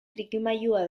trikimailua